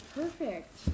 perfect